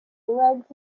legs